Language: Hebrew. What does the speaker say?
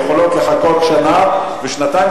שיכולות לחכות שנה ושנתיים,